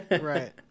Right